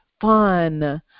fun